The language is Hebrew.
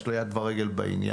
יש לה יד ורגל בעניין,